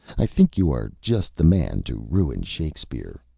i think you are just the man to ruin shakespeare.